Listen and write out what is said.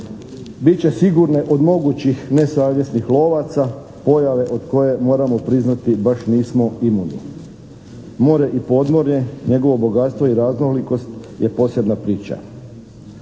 Bit će sigurne od mogućih nesavjesnih lovaca, pojave od koje moramo priznati baš nismo imuni. More i podmorje, njegovo bogatstvo i raznolikost je posebna priča.